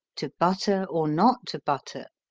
to butter or not to butter?